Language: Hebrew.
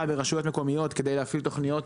ברשויות מקומיות כדי להפעיל תכניות